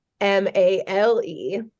m-a-l-e